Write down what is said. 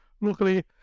Luckily